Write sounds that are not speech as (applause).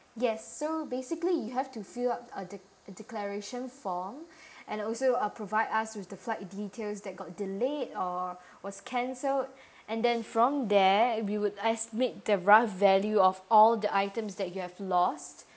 yes so basically you have to fill up a de~ declaration form (breath) and also uh provide us with the flight details that got delayed or was cancelled and then from there we would estimate the rough of value of all the items that you have lost